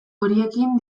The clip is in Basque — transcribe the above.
horiekin